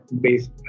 based